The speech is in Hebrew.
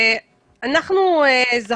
(מוקרן שקף,